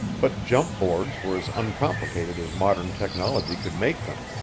but jump-boards were as uncomplicated as modern technology could make them,